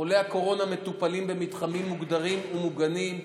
חולי הקורונה מטופלים במתחמים מוגדרים ומוגנים,